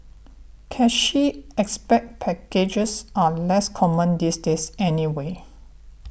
cushy expat packages are less common these days anyway